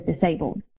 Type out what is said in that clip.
disabled